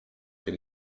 tej